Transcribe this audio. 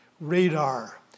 radar